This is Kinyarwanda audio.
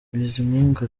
bizimungu